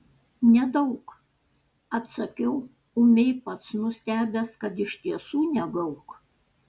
nedaug atsakiau ūmiai pats nustebęs kad iš tiesų nedaug